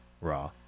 raw